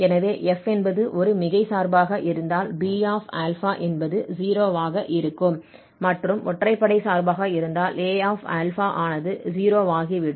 எனவே f என்பது ஒரு மிகை சார்பாக இருந்தால் Bα என்பது 0 ஆக இருக்கும் மற்றும் ஒற்றைப்படை சார்பாக இருந்தால் Aα ஆனது 0 ஆகிவிடும்